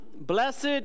Blessed